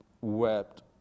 wept